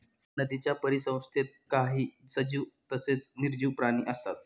नदीच्या परिसंस्थेत काही सजीव तसेच निर्जीव प्राणी असतात